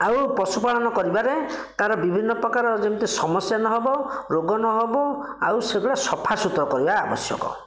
ଆଉ ପଶୁପାଳନ କରିବାରେ ତାର ବିଭିନ୍ନ ପ୍ରକାର ଯେମିତି ସମସ୍ୟା ନ ହେବ ରୋଗ ନ ହେବ ଆଉ ସେଗୁଡ଼ାକ ସଫା ସୁତୁରା କରିବା ଆବଶ୍ୟକ